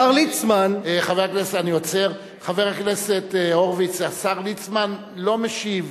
ליצמן, חבר הכנסת הורוביץ, השר ליצמן לא משיב